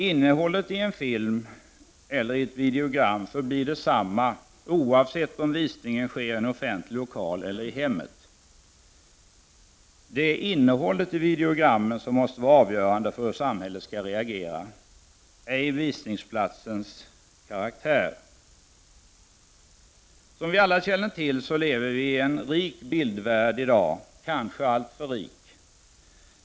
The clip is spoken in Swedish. Innehållet i en film eller i ett videogram förblir detsamma oavsett om visningen sker i offentlig lokal eller i hemmet. Det är innehållet i videogrammen som måste vara avgörande för hur samhället skall reagera, ej visningsplatsens karaktär. Som vi alla känner till lever vi i dag i en rik bildvärld, kanske alltför rik.